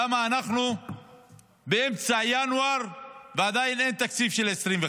למה אנחנו באמצע ינואר ועדיין אין תקציב של 2025,